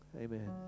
Amen